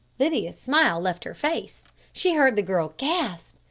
lydia's smile left her face. she heard the girl gasp.